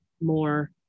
more